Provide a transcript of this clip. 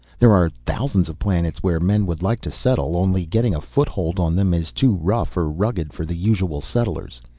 there are thousands of planets where men would like to settle, only getting a foothold on them is too rough or rugged for the usual settlers.